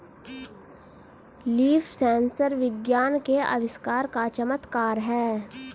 leaf sensor विज्ञान के आविष्कार का चमत्कार है